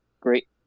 great